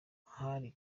hari